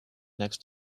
next